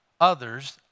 others